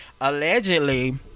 Allegedly